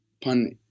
pun